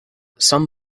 some